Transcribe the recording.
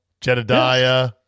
Jedediah